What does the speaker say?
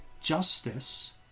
Justice